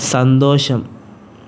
സന്തോഷം